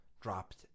dropped